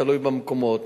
תלוי במקומות.